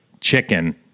chicken